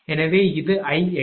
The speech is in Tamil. எனவே இது Ixc